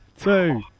Two